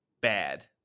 bad